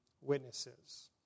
witnesses